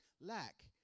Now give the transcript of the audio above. Lack